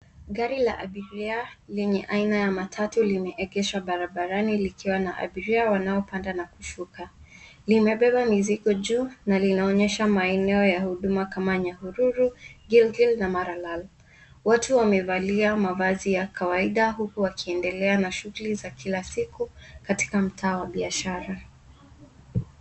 Gari la abiria lenye aina ya matatu limeegeshwa barabarani likiwa na abiria wanao panda na kushuka. Limebeba mizigo juu na linaonyesha maeneo ya huduma kama Nyahururu, Gilgil na Maralal. Watu wamevalia mavazi ya kawaida huku wakiendelea na shughuli za kila siku katika mtaa wa biashara.